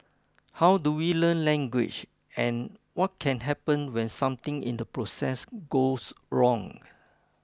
how do we learn language and what can happen when something in the process goes wrong